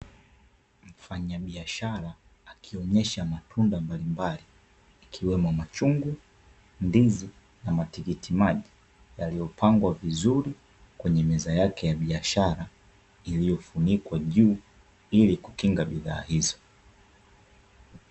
Mfanyabiashara akionyesha matunda mbalimbali ikiwemo: machungwa, ndizi na matikiti maji; yaliyopangwa vizuri kwenye meza yake ya biashara iliyofunikwa juu ili kukinga bidhaa hizo.